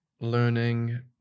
learning